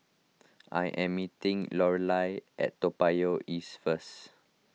I am meeting Lorelai at Toa Payoh East first